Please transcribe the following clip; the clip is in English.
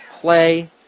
play